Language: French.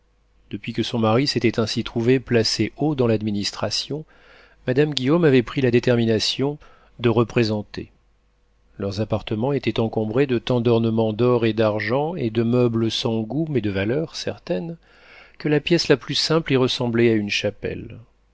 depuis que son mari s'était ainsi trouvé placé haut dans l'administration madame guillaume avait pris la détermination de représenter leurs appartements étaient encombrés de tant d'ornements d'or et d'argent et de meubles sans goût mais de valeur certaine que la pièce la plus simple y ressemblait à une chapelle